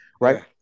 right